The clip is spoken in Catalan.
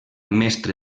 mestre